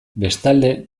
bestalde